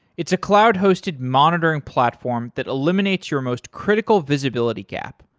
it's a cloud-hosted monitoring platform that eliminates your most critical visibility gap,